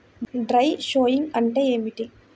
Dry sowing అంటే ఏమిటి?